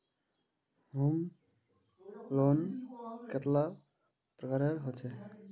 Home loan कतेला प्रकारेर होचे?